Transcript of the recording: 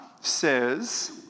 says